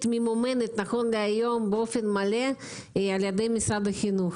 ממומנת נכון להיום באופן מלא על ידי משרד החינוך.